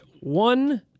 one